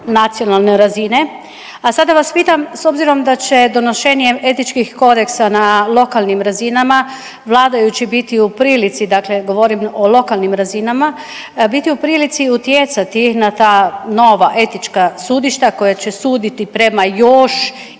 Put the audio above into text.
nacionalne razine. A sada vas pitam, s obzirom da će donošenjem etičkih kodeksa na lokalnim razinama, vladajući biti u prilici, dakle govorim o lokalnim razinama, biti u prilici utjecati na ta nova etička sudišta koja će suditi prema još